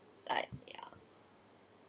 like ya